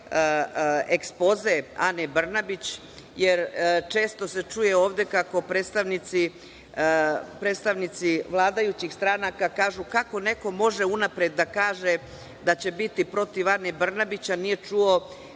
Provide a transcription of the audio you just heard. ekspoze Ane Brnabić, jer često se čuje ovde kako predstavnici vladajućih stranaka kažu kako neko može unapred da kaže da će biti protiv Ane Brnabić, a nije čuo